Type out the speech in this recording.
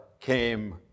came